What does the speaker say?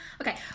Okay